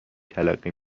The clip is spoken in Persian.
تلقی